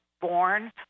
born